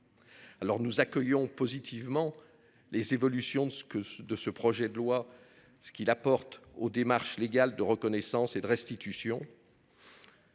Alors nous accueillons positivement les évolutions de ce que, de ce projet de loi. Ce qu'il apporte aux démarches légales de reconnaissance et de restitution.